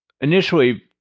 initially